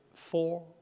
Four